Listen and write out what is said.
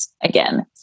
again